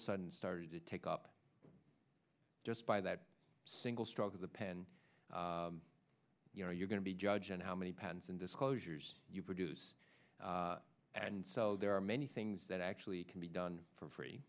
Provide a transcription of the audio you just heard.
of sudden started to take up just by that single stroke of the pen you know you're going to be judged on how many patents and disclosures you produce and so there are many things that actually can be done for free